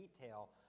detail